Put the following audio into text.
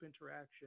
interaction